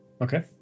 Okay